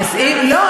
לא,